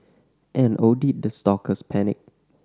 and oh did the stalkers panic